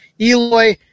Eloy